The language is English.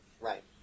Right